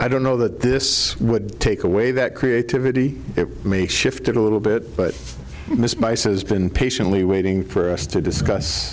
i don't know that this would take away that creativity it may shift a little bit but miss my says been patiently waiting for us to discuss